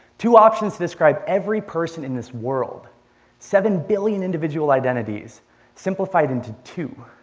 two options to describe every person in this world seven billion individual identities simplified into two.